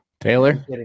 Taylor